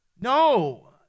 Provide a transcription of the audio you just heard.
No